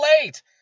late